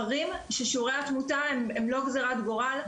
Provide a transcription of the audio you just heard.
מראים ששיעורי התמותה הם לא גזירת גורל,